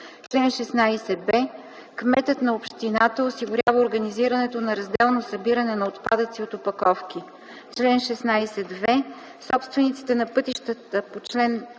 Чл. 16б. Кметът на общината осигурява организирането на разделно събиране на отпадъци от опаковки. Чл. 16в. Собствениците на пътищата по чл.